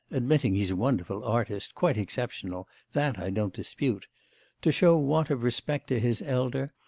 admitting he's a wonderful artist quite exceptional that, i don't dispute to show want of respect to his elder,